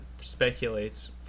speculates